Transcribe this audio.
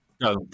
no